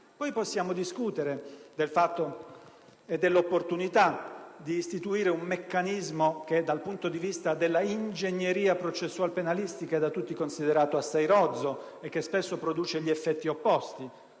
Poi possiamo discutere del fatto e dell'opportunità di istituire un meccanismo che, dal punto di vista della ingegneria processual-penalistica, è da tutti considerato assai rozzo e che spesso produce gli effetti opposti;